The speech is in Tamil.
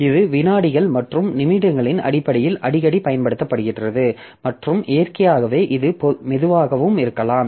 இது வினாடிகள் மற்றும் நிமிடங்களின் அடிப்படையில் அடிக்கடி பயன்படுத்தப்படுகிறது மற்றும் இயற்கையாகவே இது மெதுவாகவும் இருக்கலாம்